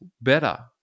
better